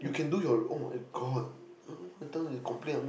you can do your [oh]-my-god all I've done is complain